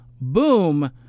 boom